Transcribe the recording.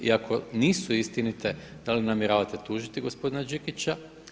I ako nisu istinite da li namjeravate tužiti gospodina Đikića.